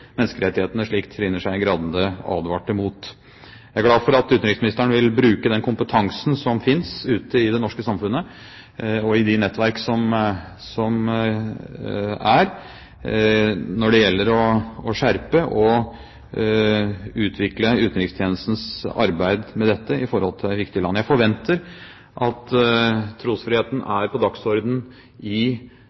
menneskerettighetene, slik Trine Skei Grande advarte mot. Jeg er glad for at utenriksministeren vil bruke den kompetansen som finnes ute i det norske samfunnet og i de nettverk som er når det gjelder å skjerpe og utvikle utenrikstjenestens arbeid med dette i forhold til viktige land. Jeg forventer at trosfriheten er på dagsordenen i